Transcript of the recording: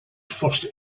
first